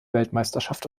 weltmeisterschaft